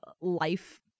life